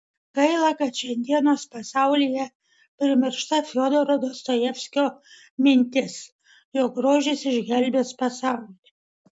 gaila kad šiandienos pasaulyje primiršta fiodoro dostojevskio mintis jog grožis išgelbės pasaulį